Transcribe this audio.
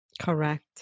Correct